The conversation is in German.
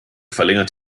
verlängert